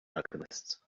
alchemists